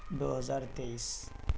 دو ہزار تیئس